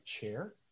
chair